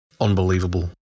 Unbelievable